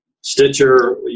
Stitcher